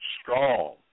strong